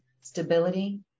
stability